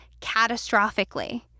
catastrophically